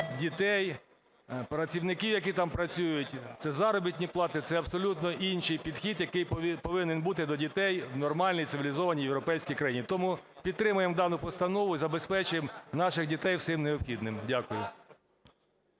дітей, працівників, які там працюють. Це заробітні плати. Це абсолютно інший підхід, який повинен бути до дітей в нормальній цивілізованій європейській країні. Тому підтримаємо дану постанову. І забезпечимо наших дітей всім необхідним. Дякую.